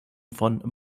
von